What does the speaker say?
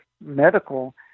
medical